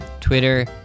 Twitter